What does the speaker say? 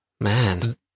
Man